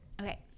Okay